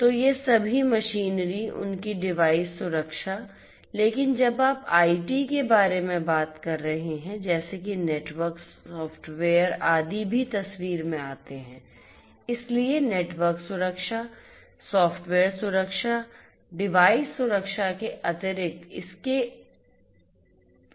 तो ये सभी मशीनरी उनकी डिवाइस सुरक्षा लेकिन जब आप आईटी के बारे में बात करते हैं जैसे कि नेटवर्क सॉफ्टवेयर आदि भी तस्वीर में आते हैं इसलिए नेटवर्क सुरक्षा सॉफ़्टवेयर सुरक्षा डिवाइस सुरक्षा के अतिरिक्त इसके अतिरिक्त भी महत्वपूर्ण हैं